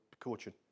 coaching